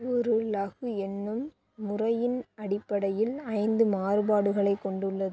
ஒரு லகு எண்ணும் முறையின் அடிப்படையில் ஐந்து மாறுபாடுகளைக் கொண்டுள்ளது